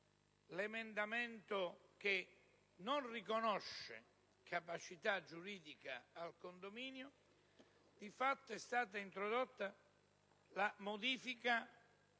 l'emendamento che riconosce capacità giuridica al condominio, di fatto è stata introdotta una modifica